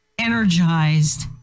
energized